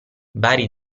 vari